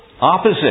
Opposite